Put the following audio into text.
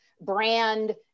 brand